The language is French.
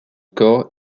corps